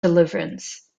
deliverance